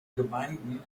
gemeinden